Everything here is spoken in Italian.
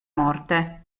morte